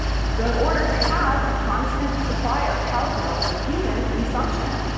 so in order to have a constant supply of cow's milk for human consumption,